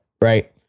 Right